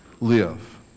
live